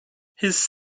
his